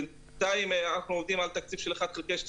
בינתיים אנחנו עובדים על תקציב של 1 חלקי 12